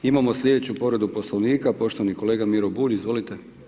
Imamo slijedeću povredu Poslovnika, poštovani kolega Miro Bulj, izvolite.